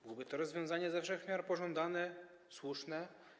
Byłoby to rozwiązanie ze wszech miar pożądane, słuszne.